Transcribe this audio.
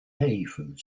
food